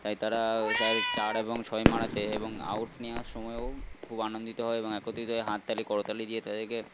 তাই তারা চার এবং ছয় মারাতে এবং আউট নেওয়ার সময়ও খুব আনন্দিত হয় এবং একত্রিত হয়ে হাততালি করতালি দিয়ে তাদেরকে